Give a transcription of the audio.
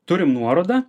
turim nuorodą